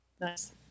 Nice